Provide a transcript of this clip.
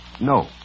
No